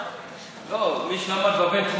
מי שלמד בבינתחומי,